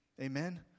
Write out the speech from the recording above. Amen